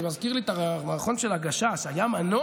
זה מזכיר לי את המערכון של הגשש: היה מנוע?